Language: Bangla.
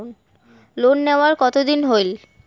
লোন নেওয়ার কতদিন হইল?